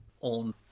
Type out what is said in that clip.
on